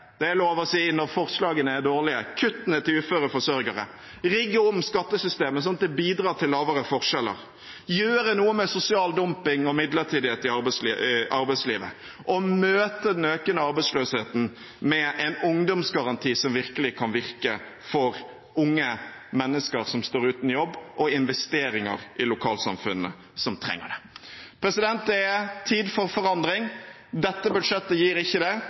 det er lov å si det når forslagene er dårlige – kuttene til uføre forsørgere, om å rigge om skattesystemet slik at det bidrar til lavere forskjeller, om å gjøre noe med sosial dumping og midlertidighet i arbeidslivet, om å møte den økende arbeidsløsheten med en ungdomsgaranti som virkelig kan virke for unge mennesker som står uten jobb, og om investeringer i lokalsamfunnene som trenger det. Det er tid for forandring. Dette budsjettet gir det ikke,